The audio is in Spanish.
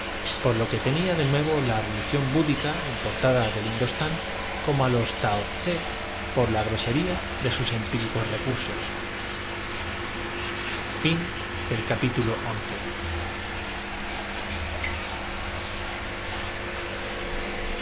por lo que tenía de nuevo la entre las masas seguido por una turba de empíricos religión búdhica importada del indostán como á los los disciplinó y en breve encontróse á la cabeza de un tao ssé por la grosería de sus empíricos recursos